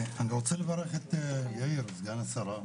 אני רוצה לברך את סגן השרה יאיר